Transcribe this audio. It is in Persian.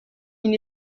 این